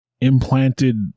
implanted